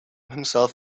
himself